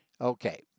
okay